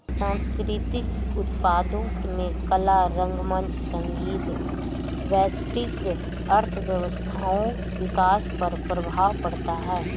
सांस्कृतिक उत्पादों में कला रंगमंच संगीत वैश्विक अर्थव्यवस्थाओं विकास पर प्रभाव पड़ता है